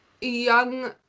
young